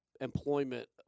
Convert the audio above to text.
employment